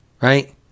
right